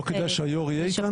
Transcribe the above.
לא כדאי שהיו"ר יהיה איתנו?